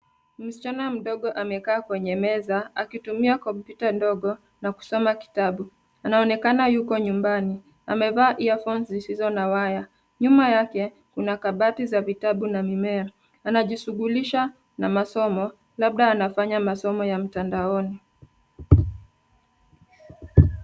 Msichana mdogo amekaa kwa meza akitumia kompyuta ndogo na kusoma kwa kitabu. Anaonekana yuko nyumbani amevaa earphones zisizo na waya. Nyuma yake kuna kabati za vitabu na mimea, anajishughulisha na masomo labda anafanya masomo ya mtandaoni